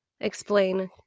explain